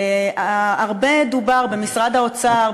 הרבה דובר במשרד האוצר,